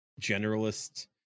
generalist